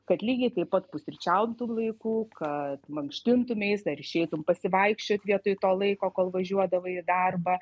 kad lygiai taip pat pusryčiautum laiku kad mankštintumeis ar išeitum pasivaikščiot vietoj to laiko kol važiuodavai į darbą